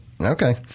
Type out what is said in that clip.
Okay